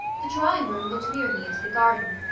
the drawing-room looked merely into the garden.